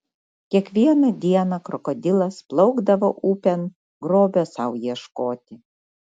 kiekvieną dieną krokodilas plaukdavo upėn grobio sau ieškoti